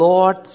Lord